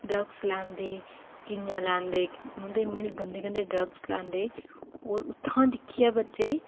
drugs लैंदे कियां लैंदे हू'न ते इ'न्ने गंदे गंदे ड्रग्स लैंदे होर उत्थूं दिक्खियै बच्चे